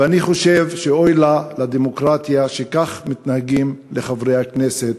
ואני חושב שאוי לה לדמוקרטיה שכך מתנהגים לחברי הכנסת